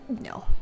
no